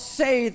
say